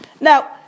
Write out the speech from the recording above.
Now